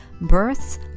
births